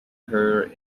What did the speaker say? her